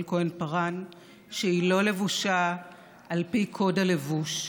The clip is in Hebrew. כהן-פארן שהיא לא לבושה על פי קוד הלבוש.